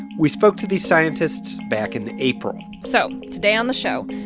we spoke to these scientists back in april so today on the show,